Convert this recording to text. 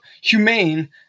humane